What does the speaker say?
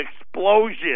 explosion